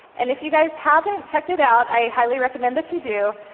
and if you guys haven't checked it out, i highly recommend that you do.